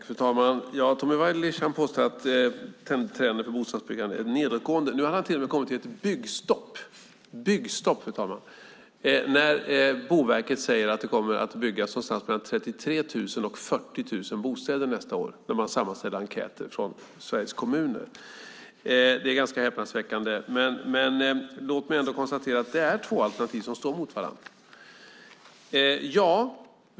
Fru talman! Tommy Waidelich påstår att trenden för bostadsbyggande är nedåtgående. Nu har han till och med kommit till att det är ett byggstopp, fru talman! Han talar om ett byggstopp när Boverket säger att det kommer att byggas någonstans mellan 33 000 och 40 000 bostäder nästa år. Det har man kommit fram till efter att ha sammanställt enkäter från Sveriges kommuner. Det är ganska häpnadsväckande att tala om byggstopp då. Låt mig konstatera att det är två alternativ som står mot varandra.